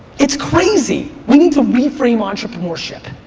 it's crazy. we need to reframe entrepreneurship.